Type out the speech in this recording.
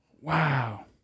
Wow